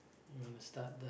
I'm gonna start the